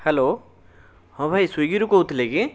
hello ହଁ ଭାଇ ସ୍ଵିଗିରୁ କହୁଥିଲେ କି